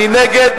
מי נגד,